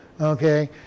Okay